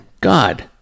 God